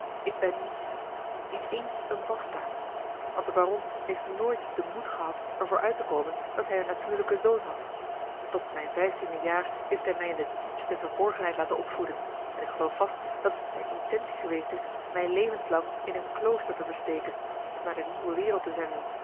ik ben niets niet eens een bastaard want de baron heeft nooit den moed gehad er voor uit te komen dat hij een natuurlijken zoon had a l g bosboom-toussaint de delftsche wonderdokter eel ot mijn vijftiende jaar heeft hij mij in de diepste verborgenheid laten opvoeden en ik geloof vast dat het zijne intentie geweest is mij levenslang in een klooster te versteken of naar de nieuwe wereld te zenden